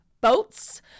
boats